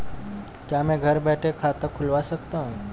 क्या मैं घर बैठे खाता खुलवा सकता हूँ?